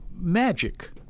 magic